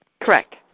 Correct